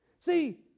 See